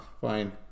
Fine